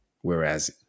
whereas